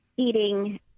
eating